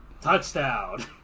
touchdown